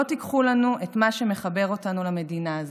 לא תיקחו לנו את מה שמחבר אותנו למדינה הזאת.